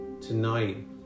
tonight